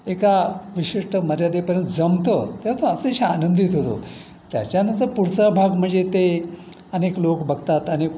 एका विशिष्ट मर्यादेपर्यंत जमतं तेव्हा तो अतिशय आनंदित होतो त्याच्यानंतर पुढचा भाग म्हणजे ते अनेक लोक बघतात अनेक